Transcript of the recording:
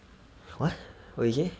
what what you say